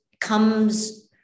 comes